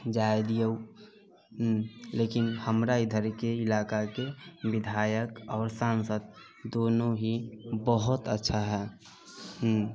जाइ दियौ लेकिन हमरा इधरके इलाकाके विधायक आओर सांसद दोनो ही बहुत अच्छा है